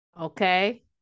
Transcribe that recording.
Okay